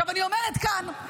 עכשיו אני אומרת כאן,